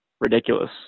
ridiculous